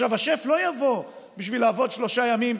השף לא יבוא בשביל לעבוד שלושה ימים.